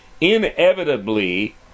inevitably